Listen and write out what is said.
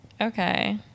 okay